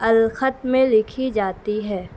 الخط میں لکھی جاتی ہے